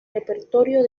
repertorio